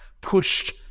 pushed